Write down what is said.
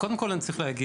קודם כל אני צריך להגיד